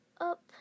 up